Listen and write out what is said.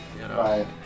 Right